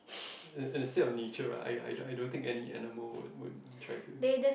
in the seek of nature lah I I I don't think any anonymous will will will try to